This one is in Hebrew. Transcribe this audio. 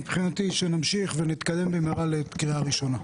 מבחינתי שנמשיך ונתקדם במהרה לקריאה ראשונה.